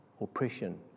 oppression